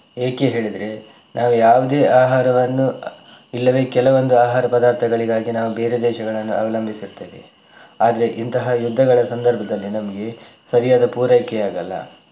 ಏಕೆ ಹೇಳಿದರೆ ನಾವು ಯಾವುದೇ ಆಹಾರವನ್ನು ಇಲ್ಲವೇ ಕೆಲವೊಂದು ಆಹಾರ ಪದಾರ್ಥಗಳಿಗಾಗಿ ನಾವು ಬೇರೆ ದೇಶಗಳನ್ನು ಅವಲಂಬಿಸುತ್ತೇವೆ ಆದರೆ ಇಂತಹ ಯುದ್ಧಗಳ ಸಂದರ್ಭದಲ್ಲಿ ನಮಗೆ ಸರಿಯಾದ ಪೂರೈಕೆ ಆಗಲ್ಲ